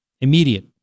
Immediate